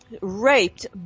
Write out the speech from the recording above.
raped